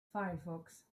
firefox